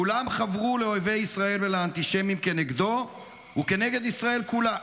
כולם חברו לאויבי ישראל ולאנטישמים כנגדו וכנגד ישראל כולה,